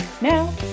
Now